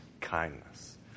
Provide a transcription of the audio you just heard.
kindness